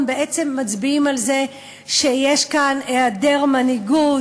בעצם מצביעים על זה שיש כאן היעדר מנהיגות,